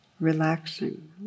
relaxing